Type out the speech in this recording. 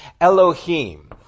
Elohim